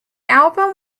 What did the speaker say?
album